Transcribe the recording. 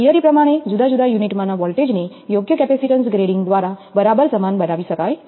theory પ્રમાણે જુદા જુદા યુનિટમાંના વોલ્ટેજને યોગ્ય કેપેસિટેન્સ ગ્રેડિંગ દ્વારા બરાબર સમાન બનાવી શકાય છે